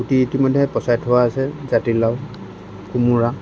গুটি ইতিমধ্যে পচাই থোৱা হৈছে জাতিলাউ কোমোৰা